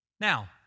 Now